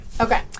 Okay